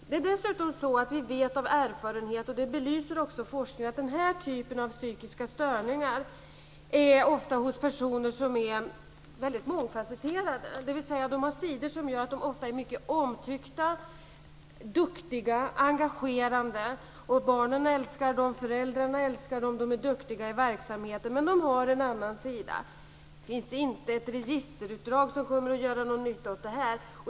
Det är dessutom så att vi av erfarenhet vet - det belyser också forskningen - att denna typ av psykiska störningar ofta finns hos personer som är väldigt mångfasetterade. De har sidor som gör att de ofta är mycket omtyckta, och de är duktiga och engagerande. Barnen älskar dem. Föräldrarna älskar dem. De är duktiga i verksamheten, men de har en annan sida. Det finns inget registerutdrag som kommer att göra någon nytta här.